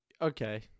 okay